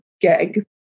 gag